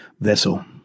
vessel